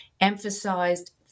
emphasized